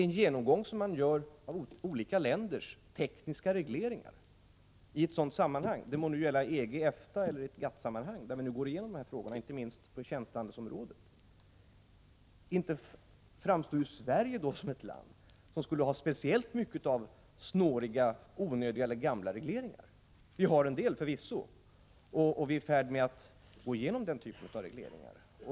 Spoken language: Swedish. Vid en genomgång av olika länders tekniska regleringar — det må nu gälla EG, EFTA eller GATT, där vi går igenom de här frågorna inte minst på tjänstehandelsområdet — framstår inte Sverige som ett land som skulle ha speciellt mycket av snåriga, onödiga eller gamla regleringar. Förvisso har vi några sådana, men vi är i färd med att gå igenom den typen av regleringar.